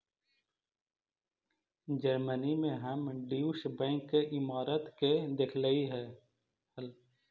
Germany में हम Deutsche Bank के इमारत के देखलीअई हल